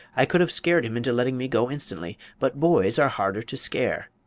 i could have scared him into letting me go instantly but boys are harder to scare.